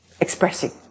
Expressing